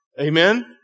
Amen